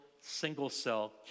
single-cell